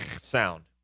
sound